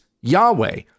Yahweh